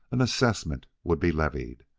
an assessment would be levied.